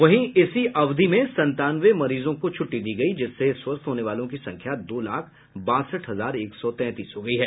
वहीं इसी अवधि में संतानवे मरीजों को छुट्टी दी गयी जिससे स्वस्थ होने वालों की संख्या दो लाख बासठ हजार एक सौ तैंतीस हो गयी है